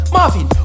Marvin